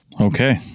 Okay